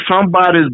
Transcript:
somebody's